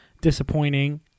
Disappointing